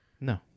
No